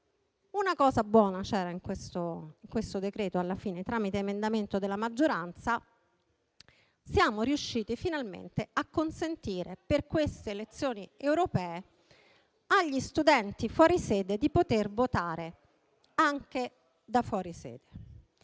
Una cosa buona c'era in questo decreto alla fine: tramite emendamento della maggioranza siamo riusciti finalmente a consentire per queste elezioni europee agli studenti fuori sede di poter votare anche da fuori sede.